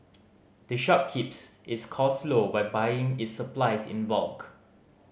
the shop keeps its cost low by buying its supplies in bulk